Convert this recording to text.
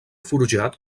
forjat